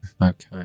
okay